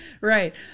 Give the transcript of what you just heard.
Right